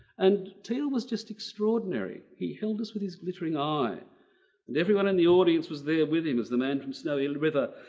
and teal was just extraordinary. he held us with his glittering eye and everyone in the audience was there with him as the man from snowy river,